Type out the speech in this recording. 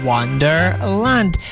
Wonderland